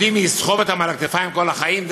יודעים מי יסחוב אותם על הכתפיים כל החיים?